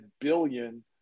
billion